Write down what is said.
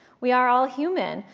we are all human,